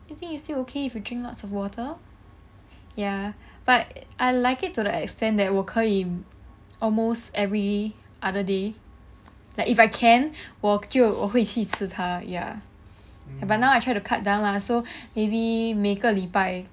I think it's still okay if you drink lots of water ya but I like it to the extent that 我可以 almost every other day like if I can 我就我会去吃它 ya but now I try to cut down lah so maybe 每个礼拜